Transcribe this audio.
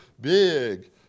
big